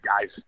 guys